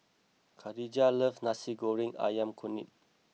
Kadijah loves Nasi Goreng Ayam Kunyit